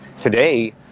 today